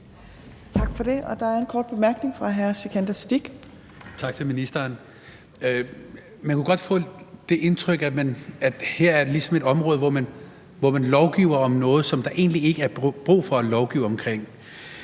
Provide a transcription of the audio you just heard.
Tak for det. Der er en kort bemærkning fra hr. Sikandar Siddique. Kl. 15:14 Sikandar Siddique (UFG): Tak til ministeren. Man kunne godt få det indtryk, at der her ligesom er et område, hvor man lovgiver om noget, som der egentlig ikke er brug for at lovgive om.